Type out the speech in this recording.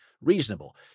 reasonable